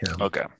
Okay